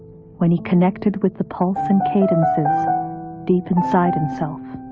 when he connected with the pulse and cadences deep inside himself.